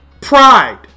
pride